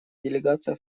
делегация